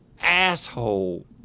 asshole